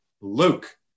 Luke